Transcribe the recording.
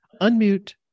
Unmute